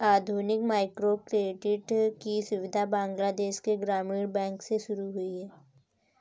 आधुनिक माइक्रोक्रेडिट की सुविधा बांग्लादेश के ग्रामीण बैंक से शुरू हुई है